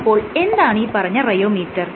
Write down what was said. അപ്പോൾ എന്താണീ പറഞ്ഞ റെയോമീറ്റർ